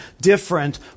different